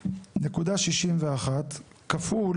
0.61 כפול